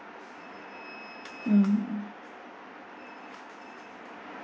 mm